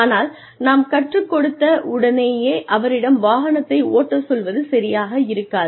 ஆனால் நாம் கற்றுக் கொடுத்த உடனேயே அவரிடம் வாகனத்தை ஓட்டச் சொல்வது சரியாக இருக்காது